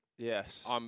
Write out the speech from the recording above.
Yes